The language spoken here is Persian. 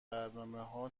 برنامهها